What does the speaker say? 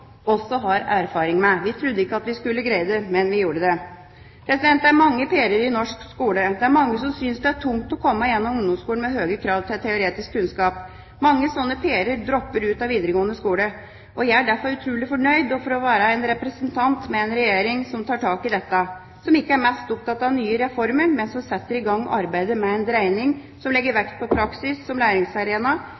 også har erfaring med. Vi trodde ikke at vi skulle greie det, men vi gjorde det. Det er mange Per-er i norsk skole. Det er mange som synes det er tungt å komme gjennom ungdomsskolen med høye krav til teoretisk kunnskap. Mange sånne Per-er dropper ut av videregående skole. Jeg er derfor utrolig fornøyd med å få være en representant med en regjering som tar tak i dette, som ikke er mest opptatt av nye reformer, men som setter i gang arbeidet med en dreining som legger